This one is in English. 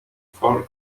for